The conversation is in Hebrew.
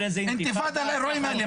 אינתיפאדה על האירועים האלה?